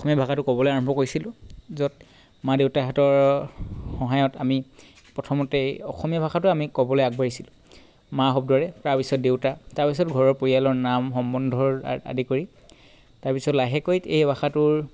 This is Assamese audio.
অসমীয়া ভাষাটো ক'বলৈ আৰম্ভ কৰিছিলোঁ য'ত মা দেউতাহঁতৰ সহায়ত আমি অসমীয়া প্ৰথমতেই ভাষাটো ক'বলে আৰম্ভ কৰিছিলোঁ মা শব্দৰে তাৰ পাছত দেউতা তাৰ পাছত ঘৰৰ পৰিয়ালৰ নাম সম্বন্ধৰ আ আদি কৰি তাৰপাছত লাহেকৈ এই ভাষাটোৰ